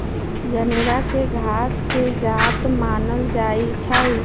जनेरा के घास के जात मानल जाइ छइ